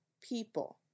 people